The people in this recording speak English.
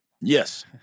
Yes